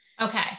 Okay